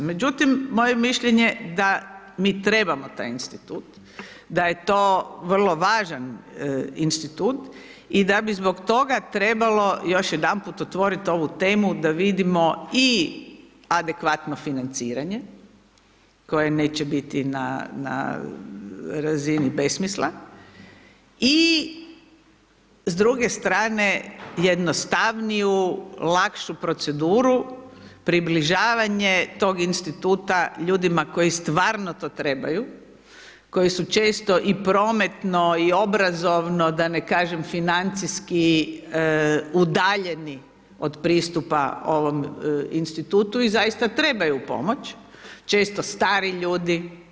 Međutim, moje mišljenje da mi trebamo taj institut, da je to vrlo važan institut i da bi zbog toga trebalo još jedanput otvoriti ovu temu da vidimo i adekvatno financiranje koje neće biti na razini besmisla i s druge strane jednostavniju, lakšu proceduru, približavanje tog instituta ljudima koji stvarno to trebaju, koji su često i prometno i obrazovno, da ne kažem financijski udaljeni od pristupa ovom institutu i zaista trebaju pomoć, često stari ljudi.